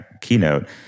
keynote